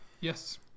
Yes